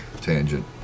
tangent